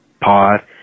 pod